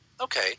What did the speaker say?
Okay